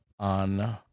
On